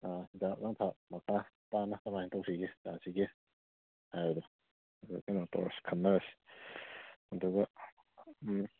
ꯍꯤꯗꯥꯛ ꯂꯥꯡꯊꯛ ꯃꯈꯥ ꯇꯥꯅ ꯀꯃꯥꯏꯅ ꯇꯧꯁꯤꯒꯦ ꯆꯥꯁꯤꯒꯦ ꯍꯥꯏꯕꯗꯣ ꯑꯗꯨ ꯀꯩꯅꯣ ꯇꯧꯔꯁꯤ ꯈꯟꯅꯔꯁꯤ ꯑꯗꯨꯒ